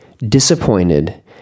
Disappointed